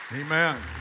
Amen